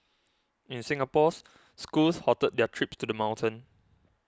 in Singapore's schools halted their trips to the mountain